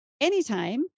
anytime